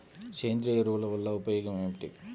సేంద్రీయ ఎరువుల వల్ల ఉపయోగమేమిటీ?